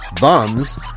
bums